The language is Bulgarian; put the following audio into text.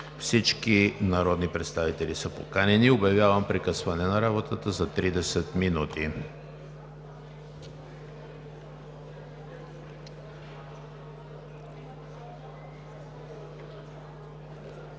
Всички народни представители са поканени. Обявявам прекъсване на работата за 30 минути.